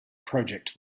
project